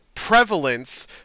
Prevalence